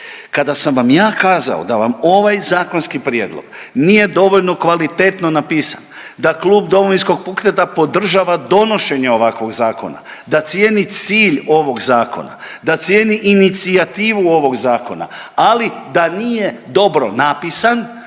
Kada sam vam ja kazao da vam ovaj zakonski prijedlog nije dovoljno kvalitetno napisan, da Klub Domovinskog pokreta podržava donošenje ovakvog zakona, da cijeni cilj ovog zakona, da cijeni inicijativu ovog zakona, ali da nije dobro napisan